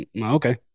okay